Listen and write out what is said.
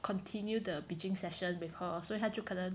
continue the bitching session with her 所以他就可能